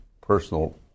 personal